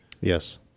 yes